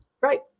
Right